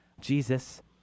Jesus